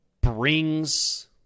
brings